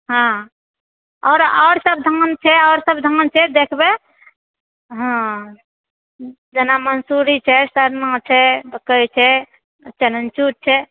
हँ आओर सब धान छै आओर सब धान छै देखबै हँ जेना मन्सुरी छै शरमा छै की कहय छै चारणचूड़ छै